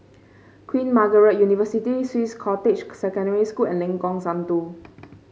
Queen Margaret University Swiss Cottage Secondary School and Lengkong Satu